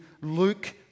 Luke